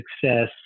success